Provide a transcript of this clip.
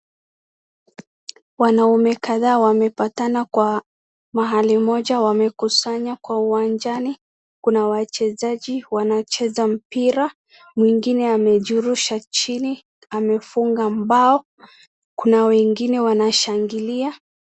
Wanaume kadhaa wamepatana kwa mahali moja wamekusanya uwanjani kwa kuna wachezaji wanacheza mpira mwingine amejirusha chini amefunga mbao kuna wengine wanashangilia.